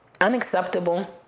Unacceptable